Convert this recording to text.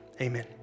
Amen